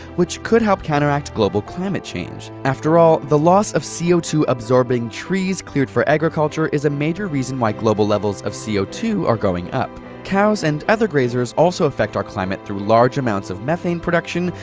which could help counteract global climate change. after all, the loss of c o two absorbing trees cleared for agriculture is a major reason why global levels of c o two are going up. cows and other grazers also affect our climate through large amounts of methane production,